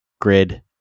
Grid